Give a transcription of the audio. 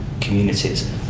communities